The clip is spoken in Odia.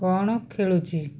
କ'ଣ ଖେଳୁଛି